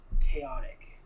chaotic